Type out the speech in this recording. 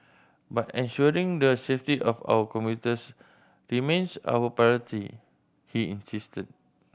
but ensuring the safety of our commuters remains our priority he insisted